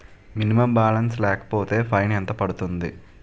Minimum balance లేకపోతే fine ఎంత పడుతుంది?